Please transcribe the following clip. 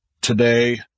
today